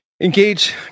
engage